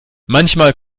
manchmal